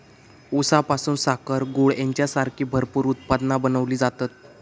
ऊसापासून साखर, गूळ हेंच्यासारखी भरपूर उत्पादना बनवली जातत